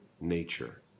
nature